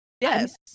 Yes